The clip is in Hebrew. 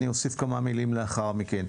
אני אוסיף כמה מילים לאחר מכן.